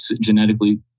genetically